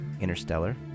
interstellar